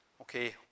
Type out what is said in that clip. Okay